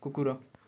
କୁକୁର